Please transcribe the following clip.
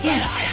Yes